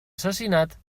assassinat